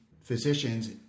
physicians